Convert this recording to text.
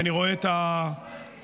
ואני רואה שחלקם נמצאים כאן,